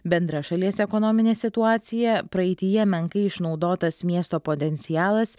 bendra šalies ekonominė situacija praeityje menkai išnaudotas miesto potencialas